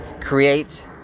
create